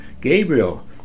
Gabriel